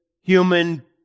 human